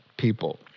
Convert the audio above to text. People